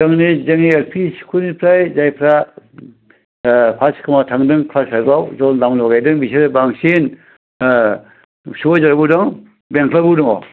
जोंनि L P स्कुलनिफ्राय जायफ्रा पास खालामना थांदों क्लास फाइभाव जाय नाम लागायहैदों बिसोरो बांसिन सबायझारावबो दं बेंथ'लावबो दङ